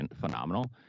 phenomenal